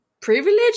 privilege